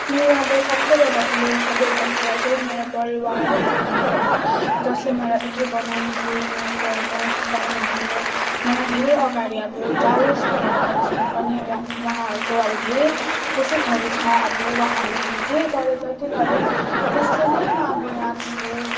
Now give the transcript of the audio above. मेरो अब सबसेभन्दा ठुलो सबल पक्ष चाहिँ मेरो परिवार मेरो आमा बाबा जसले मलाई यत्रो बनाउनु भयो मलाई पढ्नु सिकाउनु भयो मलाई धेरै अगाडि अब जावोस् भनेर आइलेसम्म पनि उहाँहरूको अब धेरै कोसिसहरू छ अब उहाँहरूले अब जे गरे जति गरे त्यसले नै म अब यहाँ छु